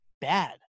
bad